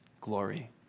glory